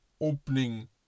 opening